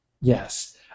yes